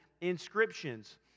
inscriptions